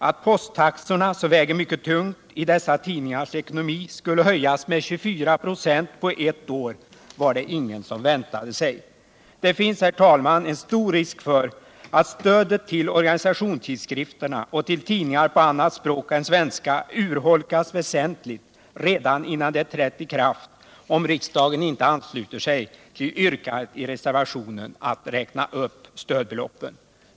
Att posttaxorna, som väger mycket tungt i dessa tidningars ekonomi, skulle höjas med 24 96 på ett år var det ingen som väntade sig. Det finns, herr talman, stor risk för att stödet till organisationstidskrifterna och till tidningar på annat språk än svenska urholkas väsentligt redan innan det trätt i kraft, om riksdagen inte ansluter sig till yrkandet i reservationen att räkna upp stödbeloppen.